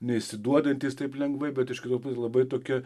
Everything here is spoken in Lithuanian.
neišsiduodantys taip lengvai bet iš kitos pusės labai tokie